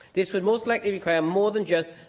this would most likely require more than just